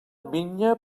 vinya